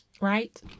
Right